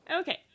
Okay